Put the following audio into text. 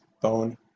bone